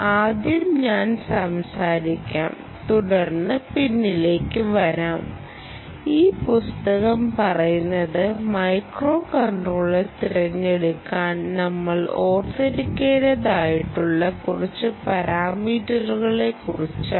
ആദ്യം ഞാൻ സംഗ്രഹിക്കാം തുടർന്ന് പിന്നിലേക്ക് വരാം ഈ പുസ്തകം പറയുന്നത് മൈക്രോകൺട്രോളർ തിരഞ്ഞെടുക്കാൻ നമ്മൾ ഓർത്തിരിക്കേണ്ടതായിട്ടുള്ള കുറച്ചു പരാമീറ്ററുകളെ കുറിച്ചാണ്